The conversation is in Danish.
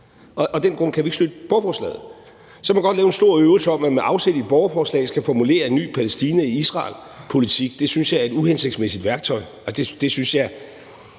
af den grund kan vi ikke støtte borgerforslaget. Så kan man godt lave en stor øvelse om, at man med afsæt i borgerforslaget skal formulere en ny Palæstina-Israel-politik. Det synes jeg er et uhensigtsmæssigt værktøj. Jeg synes, det